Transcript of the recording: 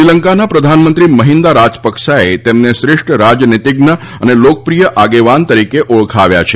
શ્રીલંકાના પ્રધાનમંત્રી મહિન્દા રાજપક્સાએ તેમને શ્રેષ્ઠ રાજનીતિજ્ઞ અને લોકપ્રિય આગેવાન તરીકે ઓળખાવ્યા છે